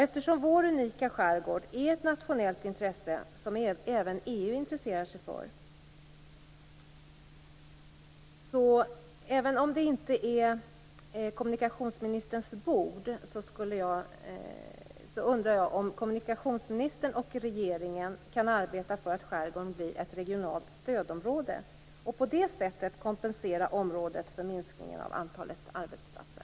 Eftersom vår unika skärgård är ett nationellt intresse, som även EU intresserar sig för, undrar jag om kommunikationsministern och regeringen - även om det inte är kommunikationsministerns bord - kan arbeta för att skärgården blir ett regionalt stödområde? På det sättet kan området kompenseras för minskningen av antalet arbetsplatser.